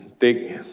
take